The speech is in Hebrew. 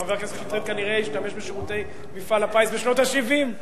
חבר הכנסת שטרית כנראה השתמש בשירותי מפעל הפיס בשנות ה-70,